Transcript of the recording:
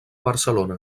barcelona